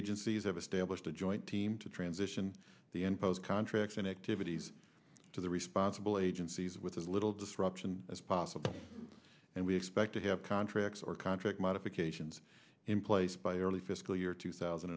agencies have established a joint team to transition the imposed contracts and activities to the responsible agencies with as little disruption as possible and we expect to have contracts or contract modifications in place by early fiscal year two thousand